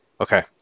Okay